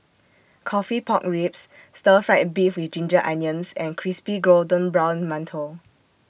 Coffee Pork Ribs Stir Fried Beef with Ginger Onions and Crispy Golden Brown mantou